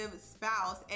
spouse